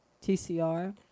T-C-R